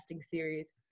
series